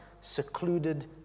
secluded